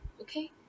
okay